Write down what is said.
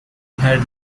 had